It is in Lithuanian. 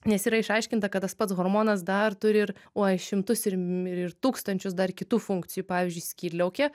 nes yra išaiškinta kad tas pats hormonas dar turi ir uoj šimtus ir mi tūkstančius dar kitų funkcijų pavyzdžiui skydliaukė